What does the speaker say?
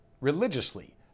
religiously